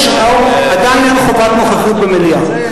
עדיין אין חובת נוכחות במליאה.